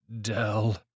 Dell